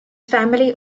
family